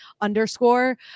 underscore